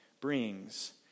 brings